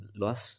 loss